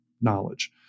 knowledge